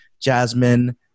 Jasmine